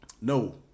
No